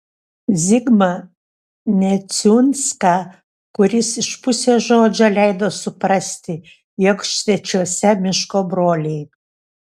zigmą neciunską kuris iš pusės žodžio leido suprasti jog svečiuose miško broliai